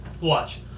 watch